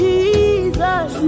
Jesus